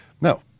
no